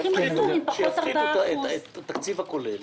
שיפחיתו את התקציב הכולל.